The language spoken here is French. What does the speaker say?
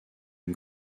une